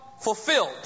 fulfilled